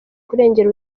kurengera